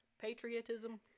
patriotism